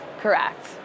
correct